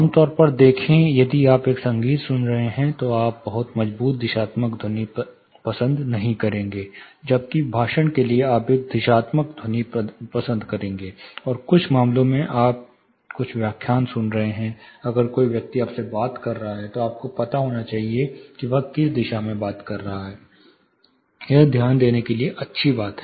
आम तौर पर देखें यदि आप एक संगीत सुन रहे हैं तो आप बहुत मजबूत दिशात्मक ध्वनि पसंद नहीं करेंगे जबकि भाषण के लिए आप एक दिशात्मक ध्वनि पसंद करेंगे और कुछ मामलों में आप कुछ व्याख्यान सुन रहे हैं अगर कोई व्यक्ति आपसे बात कर रहा है तो आपको पता होना चाहिए कि वह किस दिशा में बात कर रहा है यह ध्यान देने के लिए अच्छा है